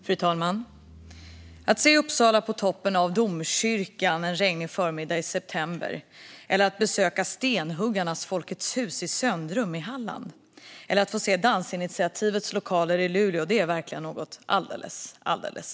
Fru talman! Att se Uppsala från toppen av domkyrkan en regnig förmiddag i september, att besöka stenhuggarnas Folkets hus i Söndrum i Halland eller att få se Dansinitiativets lokaler i Luleå är verkligen något alldeles speciellt.